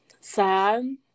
sad